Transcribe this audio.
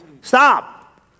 Stop